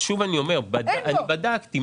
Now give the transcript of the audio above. שוב אני אומר, בדקתי.